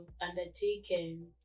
undertaken